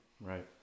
Right